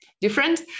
different